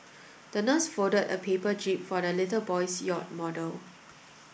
the nurse folded a paper jib for the little boy's yacht model